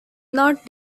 not